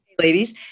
ladies